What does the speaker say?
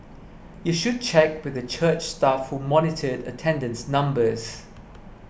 you should check with the church staff who monitored attendance numbers